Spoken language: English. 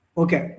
okay